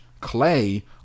Clay